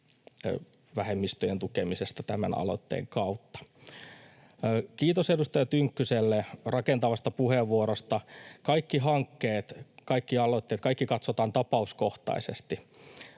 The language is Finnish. vähemmistöjen tukemisesta tämän aloitteen kautta. Kiitos edustaja Tynkkyselle rakentavasta puheenvuorosta. Kaikki hankkeet, kaikki aloitteet, kaikki katsotaan tapauskohtaisesti.